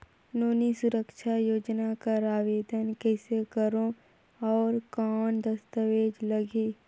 नोनी सुरक्षा योजना कर आवेदन कइसे करो? और कौन दस्तावेज लगही?